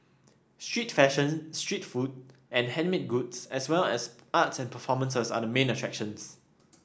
street fashion street food and handmade goods as well as art and performances are the main attractions